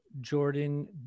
Jordan